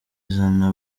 izana